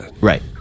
right